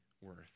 worth